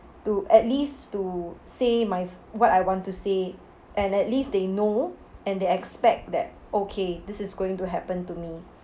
to at least to say my what I want to say and at least they know and they expect that okay this is going to happen to me